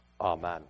Amen